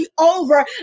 over